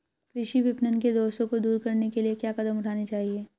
कृषि विपणन के दोषों को दूर करने के लिए क्या कदम उठाने चाहिए?